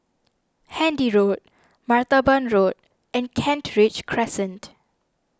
Handy Road Martaban Road and Kent Ridge Crescent